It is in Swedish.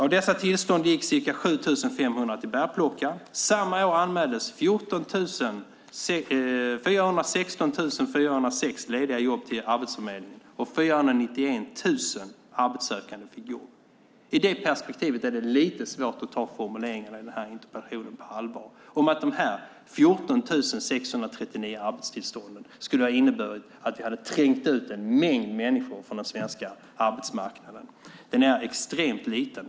Av dessa tillstånd gick ca 7 500 till bärplockare. Samma år anmäldes 416 406 lediga jobb till Arbetsförmedlingen och 491 000 arbetssökande fick jobb. I det perspektivet är det lite svårt att ta formuleringarna i den här interpellationen om att dessa 14 639 arbetstillstånd skulle ha inneburit att vi har trängt ut en mängd människor från den svenska arbetsmarknaden på allvar.